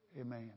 Amen